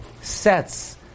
sets